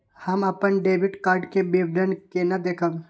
हम अपन debit card के विवरण केना देखब?